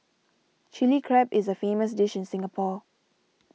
Chilli Crab is a famous dish in Singapore